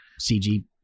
CG